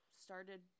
started